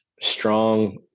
strong